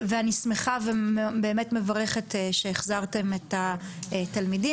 אני שמחה ובאמת מברכת שהחזרתם את התלמידים